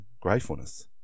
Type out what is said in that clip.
gratefulness